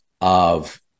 of-